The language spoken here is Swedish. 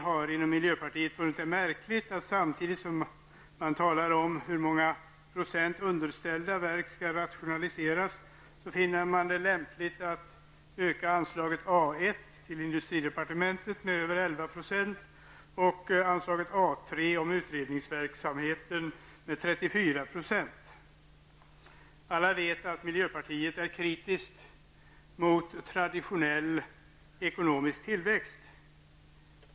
Vi inom miljöpartiet finner det märkligt att man, samtidigt som man talar om med hur många procent underställda verk skall rationaliseras, finner det lämpligt att öka anslaget A 1 till industridepartementet med över 11 % och anslaget Alla vet att man inom miljöpartiet är kritisk mot traditionell ekonomisk tillväxt.